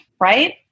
right